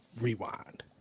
Rewind